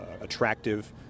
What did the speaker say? attractive